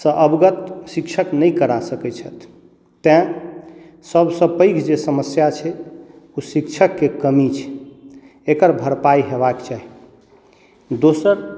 सॅं अवगत शिक्षक नहि करा सकै छथि तैं सबसे पैघ जे समस्या छै ओ शिक्षक के कमी छै एकरा भरपाई होयबा के चाही दोसर